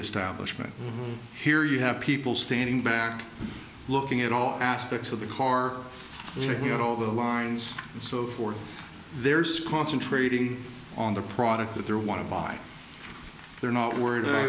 establishment here you have people standing back looking at all aspects of the car looking at all the lines and so forth there's concentrating on the product that they're want to buy they're not worried